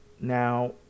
now